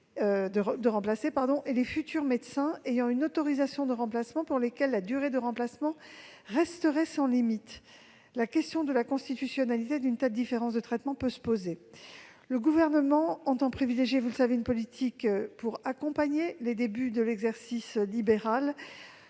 et les futurs médecins ayant une autorisation de remplacement qui resterait sans limite. La question de la constitutionnalité d'une telle différence de traitement peut donc se poser. Le Gouvernement entend privilégier une politique d'accompagnement des débuts d'exercice en libéral.